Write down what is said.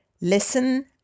Listen